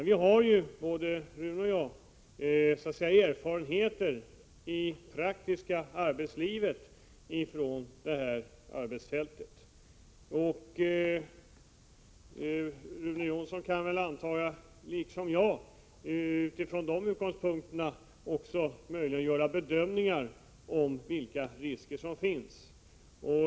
Vi har båda praktiska erfarenheter av arbetslivet på detta fält. Jag antar att Rune Jonsson, liksom jag, möjligen kan göra bedömningar utifrån de utgångspunkterna om vilka risker som finns.